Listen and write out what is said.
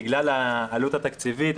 בגלל העלות התקציבית,